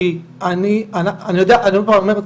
כי אני עוד פעם אומר,